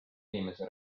inimese